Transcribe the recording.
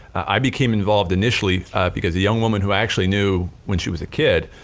i became involved initially because a young woman who actually knew when she was a kid,